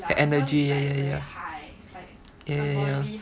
her energy ya ya ya